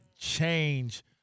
change